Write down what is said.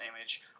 image